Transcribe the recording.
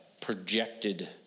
projected